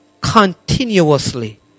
continuously